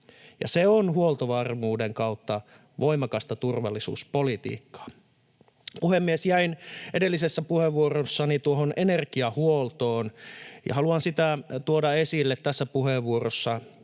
Se on huoltovarmuuden kautta voimakasta turvallisuuspolitiikkaa. Puhemies! Jäin edellisessä puheenvuorossani tuohon energiahuoltoon. Haluan sitä tuoda esille tässä puheenvuorossa